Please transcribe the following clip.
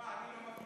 מה, אני לא מגיע לי?